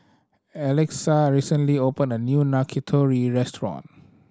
Alexa recently opened a new Yakitori restaurant